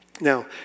Now